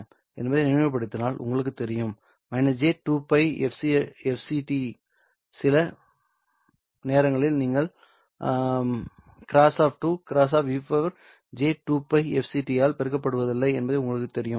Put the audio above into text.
என்பதை நினைவுபடுத்தினால் உங்களுக்குத் தெரியும் j2π fct சில நேரங்களில் நீங்கள் x2 x e j2π fct ஆல் பெருக்கப்படுவதில்லை என்பது உங்களுக்குத் தெரியும்